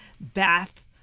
bath